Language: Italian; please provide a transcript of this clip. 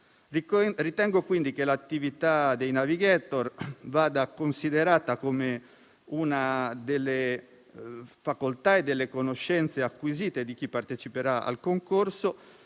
Ritengo quindi che l'attività dei *navigator* vada considerata come una delle facoltà e delle conoscenze acquisite di chi parteciperà al concorso,